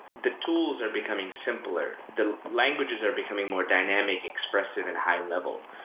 the tools are becoming simpler, the languages are becoming more dynamic, expressive and high level.